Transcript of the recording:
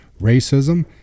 Racism